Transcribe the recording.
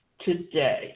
today